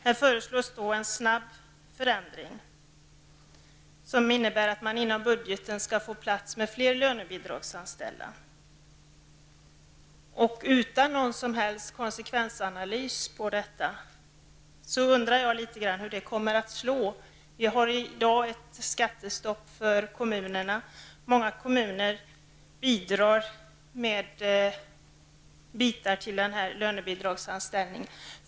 Här föreslås en snabb förändring, som innebär att man inom budgeten skall få plats med fler lönebidragsanställda. Utan någon som helst konsekvensanalys undrar jag hur detta kommer att slå. Vi har i dag ett skattestopp för kommunerna. Många kommuner bidrar till den här lönebidragsanställningen.